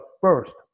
first